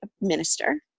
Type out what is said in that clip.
minister